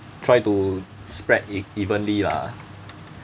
try to spread e~ evenly lah